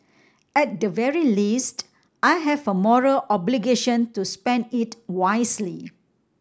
at the very least I have a moral obligation to spend it wisely